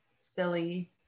silly